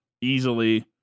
easily